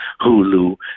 Hulu